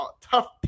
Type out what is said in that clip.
tough